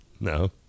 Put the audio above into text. no